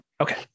Okay